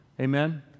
Amen